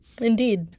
Indeed